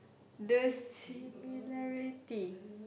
the similarity